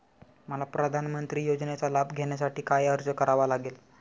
मला प्रधानमंत्री योजनेचा लाभ घेण्यासाठी काय अर्ज करावा लागेल?